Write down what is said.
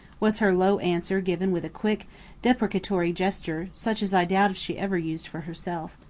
was her low answer given with a quick deprecatory gesture such as i doubt if she ever used for herself.